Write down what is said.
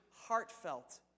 heartfelt